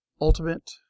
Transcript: Ultimate